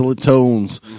tones